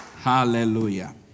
Hallelujah